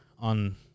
on